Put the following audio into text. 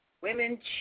women